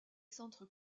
centres